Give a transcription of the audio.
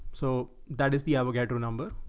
so that is the avogadro number.